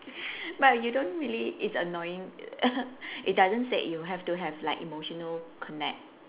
but you don't really it's annoying it doesn't say you have to have like emotional connect